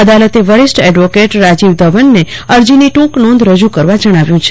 અદાલતે વરીજ એડવોકેટ રાજીવ ધવનને અરજીની ટૂંક નોંધ રજૂ કરવા જણાવ્યું છે